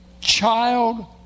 child